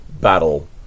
battle